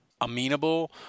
amenable